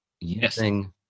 using